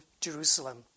Jerusalem